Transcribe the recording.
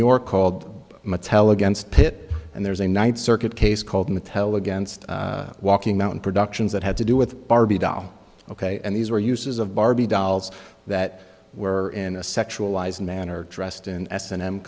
york called mattel against pitt and there's a ninth circuit case called mattel against walking mountain productions that had to do with barbie doll ok and these were uses of barbie dolls that were in a sexualized manner dressed in